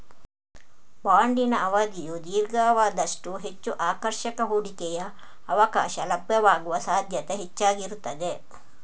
ಬಾಂಡಿನ ಅವಧಿಯು ದೀರ್ಘವಾದಷ್ಟೂ ಹೆಚ್ಚು ಆಕರ್ಷಕ ಹೂಡಿಕೆಯ ಅವಕಾಶ ಲಭ್ಯವಾಗುವ ಸಾಧ್ಯತೆ ಹೆಚ್ಚಾಗಿರುತ್ತದೆ